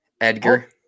Edgar